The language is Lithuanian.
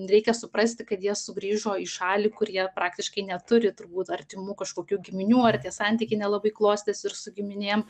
reikia suprasti kad jie sugrįžo į šalį kur jie praktiškai neturi turbūt artimų kažkokių giminių ar tie santykiai nelabai klostėsi ir su giminėm